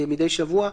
חוק ומשפט מדי שבוע,